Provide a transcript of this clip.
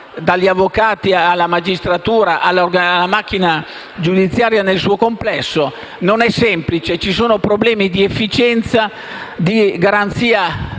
dagli avvocati alla magistratura alla macchina giudiziaria nel suo complesso. Non è semplice, ci sono problemi di efficienza, di garanzia della